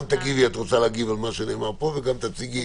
גם תגיבי, אם את רוצה, על מה שנאמר פה, וגם תציגי